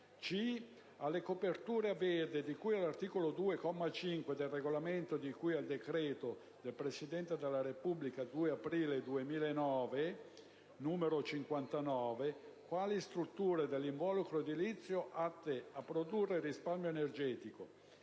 alle coperture a verde di cui all'articolo 2, comma 5, del regolamento di cui al decreto del Presidente della Repubblica 2 aprile 2009, n. 59, quali strutture dell'involucro edilizio atte a produrre risparmio energetico,